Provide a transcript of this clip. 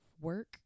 work